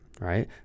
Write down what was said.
Right